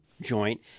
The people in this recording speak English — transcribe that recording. joint